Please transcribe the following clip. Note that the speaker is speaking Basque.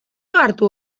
ohartu